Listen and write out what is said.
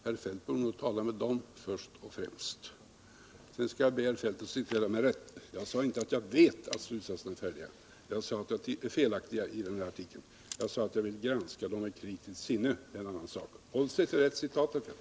Herr Feldt borde nog först och främst tala med dem. Sedan får jag be herr Feldt att citera mig rätt. Jag sade inte att jag vet att slutsatserna är felaktiga i den här artikeln. Jag sade, att jag ville granska dem med kritiskt sinne. Det är en annan sak. Citera rätt, herr Feldt!